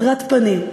הדרת פנים.